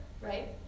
right